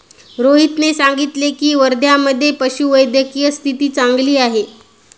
रोहितने सांगितले की, वर्ध्यामधे पशुवैद्यकीय स्थिती चांगली आहे